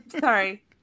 Sorry